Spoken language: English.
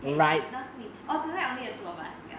that is true 那是你 oh tonight only the two of us ya